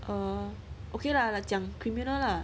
err okay lah 来讲 criminal lah